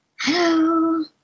hello